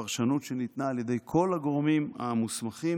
הפרשנות שניתנה על ידי כל הגורמים המוסמכים,